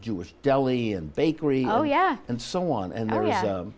jewish deli and bakery oh yeah and so on and